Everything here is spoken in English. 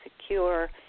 secure